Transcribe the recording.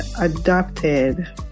adopted